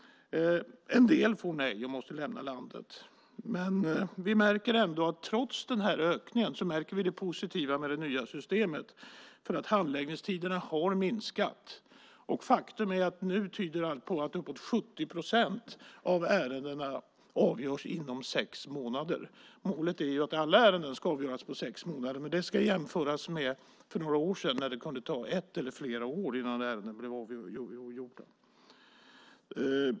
En del får nej och måste lämna landet. Trots ökningen märker vi det positiva med det nya systemet. Handläggningstiderna har minskat, och faktum är att allt nu tyder på att uppåt 70 procent av ärendena avgörs inom sex månader. Målet är att alla ärenden ska avgöras på sex månader, men det ska jämföras med att det för några år sedan kunde ta ett eller flera år innan ärenden blev avgjorda.